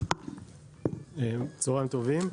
צהריים טובים.